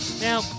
Now